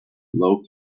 low